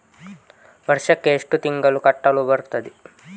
ವರ್ಷಕ್ಕೆ ಎಷ್ಟು ತಿಂಗಳು ಕಟ್ಟಲು ಬರುತ್ತದೆ?